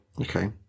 Okay